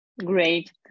Great